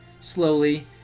slowly